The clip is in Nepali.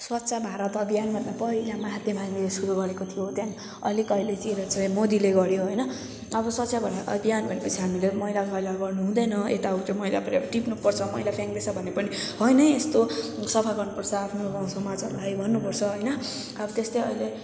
स्वच्छ भारत अभियान भन्दा पहिला महाते माग्नेले सुरु गरेको थियो त्यहाँदेखि अलिक अहिलेतिर चाहिँ मोदीले गऱ्यो होइन अब स्वच्छ भारत अभियान भनेपछि हामीले मैलाधैला गर्नुहुँदैन यता उता मैला पऱ्यो भने टिप्नुपर्छ मैला फ्याक्दैछ भने पनि होइन है यस्तो सफा गर्नुपर्छ आफ्नो गाउँ समाजहरू लाई भन्नुपर्छ होइन अब त्यस्तै अहिले